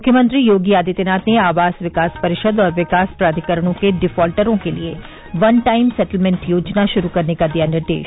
मुख्यमंत्री योगी आदित्यनाथ ने आवास विकास परिषद और विकास प्राधिकरणों के डिफाल्टरो के लिए वन टाइम सेटेलमेंट योजना शुरू करने का दिया निर्देश